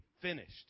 finished